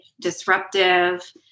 disruptive